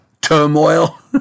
turmoil